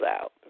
out